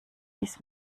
dies